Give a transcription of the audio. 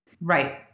Right